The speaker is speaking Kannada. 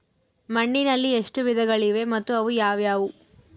ಮಣ್ಣಿನಲ್ಲಿ ಎಷ್ಟು ವಿಧಗಳಿವೆ ಮತ್ತು ಅವು ಯಾವುವು?